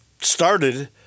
started